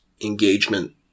engagement